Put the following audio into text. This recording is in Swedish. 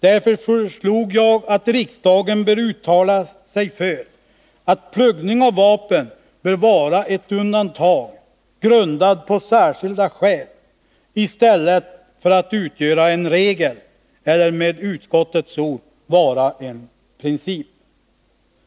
Därför föreslog jag att riksdagen bör uttala sig för att pluggning av vapen bör vara ett undantag grundat på särskilda skäl, i stället för att utgöra en regel, eller med utskottets ord: vara en princip.